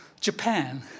Japan